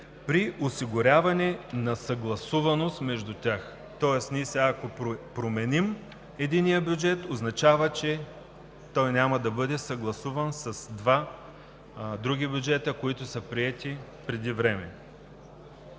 при осигуряване на съгласуваност между тях. Тоест сега ако променим единия бюджет, означава, че той няма да бъде съгласуван с два други бюджета, които са приети преди време.